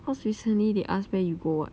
cause recently they ask where you go